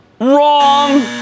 Wrong